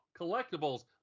collectibles